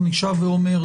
אני שב ואומר,